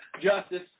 Justice